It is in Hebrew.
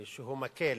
שהוא מקל